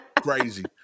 Crazy